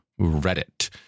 reddit